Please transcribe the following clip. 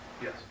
Yes